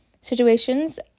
situations